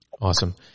Awesome